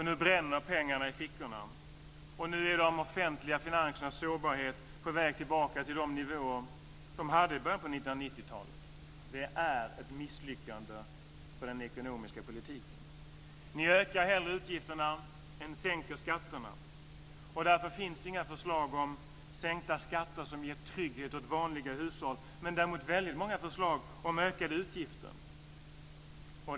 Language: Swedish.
Nu bränner pengarna i fickorna, och nu är de offentliga finansernas sårbarhet på väg tillbaka till de nivåer som de hade i början av 1990-talet. Det är ett misslyckande för den ekonomiska politiken. Ni ökar hellre utgifterna än sänker skatterna. Därför finns det inga förslag om sänkta skatter som ger trygghet åt vanliga hushåll. Det finns däremot väldigt många förslag om ökade utgifter.